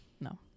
no